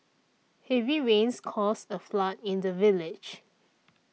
heavy rains caused a flood in the village